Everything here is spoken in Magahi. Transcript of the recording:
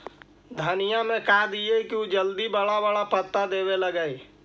धनिया में का दियै कि उ जल्दी बड़ा बड़ा पता देवे लगै?